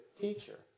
teacher